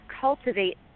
cultivate